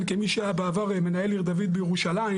כמי שהיה בעבר מנהל עיר דוד בירושלים,